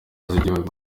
z’igihugu